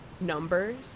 numbers